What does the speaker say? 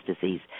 disease